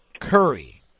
Curry